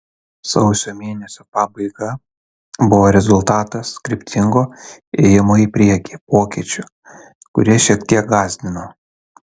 sausio mėnesio pabaiga buvo rezultatas kryptingo ėjimo į priekį pokyčių kurie šiek tiek gąsdino